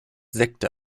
sekte